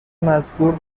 مزبور